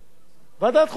ועדת החוץ והביטחון,